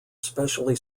specially